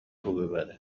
ببره